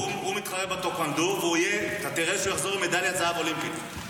הוא מתחרה בטאקוונדו ואתה תראה שהוא יחזור עם מדליית זהב אולימפית.